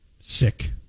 Sick